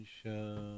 show